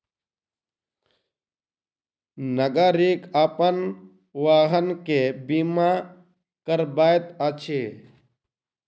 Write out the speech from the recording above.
नागरिक अपन वाहन के बीमा करबैत अछि